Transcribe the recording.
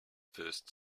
first